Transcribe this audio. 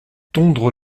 tondre